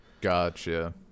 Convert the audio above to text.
gotcha